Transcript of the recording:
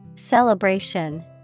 Celebration